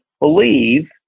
believe